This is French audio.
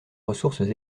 ressources